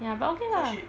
ya but okay lah